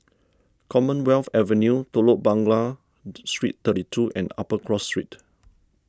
Commonwealth Avenue Telok Blangah Street thirty two and Upper Cross Street